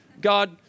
God